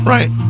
Right